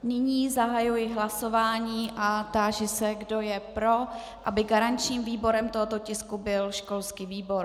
Nyní zahajuji hlasování a táži se, kdo je pro, aby garančním výborem tohoto tisku byl školský výbor.